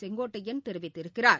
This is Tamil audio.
செங்கோட்டையன் தெரிவித்திருக்கிறார்